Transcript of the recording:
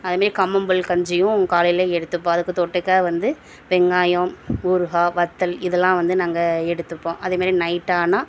அதேமாரி கம்மம்கூழ் கஞ்சியும் காலையில் எடுத்துப்போம் அதுக்கு தொட்டுக்க வந்து வெங்காயம் ஊறுகாய் வற்றல் இதலாம் வந்து நாங்கள் எடுத்துப்போம் அதேமாரி நைட் ஆனால்